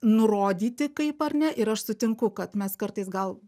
nurodyti kaip ar ne ir aš sutinku kad mes kartais gal